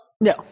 No